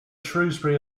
shrewsbury